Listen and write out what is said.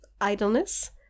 idleness